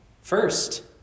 First